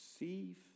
Receive